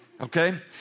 okay